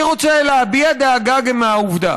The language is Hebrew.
אני רוצה להביע דאגה גם מהעובדה